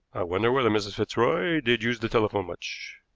wonder whether mrs. fitzroy did use the telephone much?